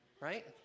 right